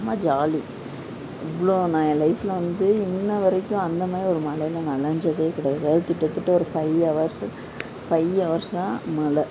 செம்ம ஜாலி இவ்வளோ நான் என் லைஃப்ல வந்து இன்றுவரைக்கும் அந்த மாதிரி ஒரு மழையில நனைஞ்சதே கிடையாது அதாவது கிட்டத்திட்ட ஒரு ஃபை அவர்ஸு ஃபை அவர்ஸாக மழை